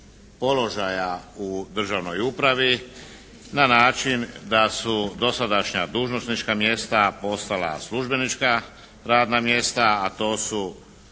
položaja u državnoj upravi na način da su dosadašnja dužnosnička mjesta postala službenička radna mjesta a to su